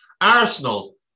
Arsenal